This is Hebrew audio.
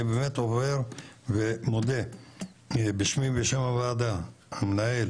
אני באמת עובר ומודה בשמי ובשם הוועדה למנהל